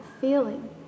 feeling